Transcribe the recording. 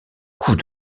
coup